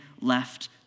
left